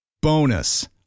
Bonus